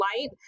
light